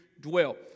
dwell